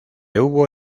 hubo